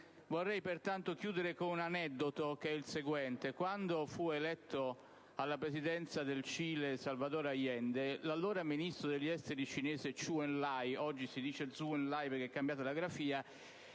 Vorrei pertanto chiudere con il seguente aneddoto. Quando fu eletto alla Presidenza del Cile Salvador Allende, l'allora ministro degli affari esteri cinese Ciu En-lai (oggi si dice Zhou Enlai, perché è cambiata la grafia),